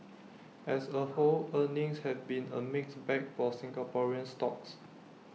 as A whole earnings have been A mixed bag for Singaporean stocks